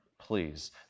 please